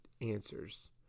answers